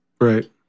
Right